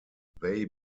they